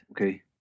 okay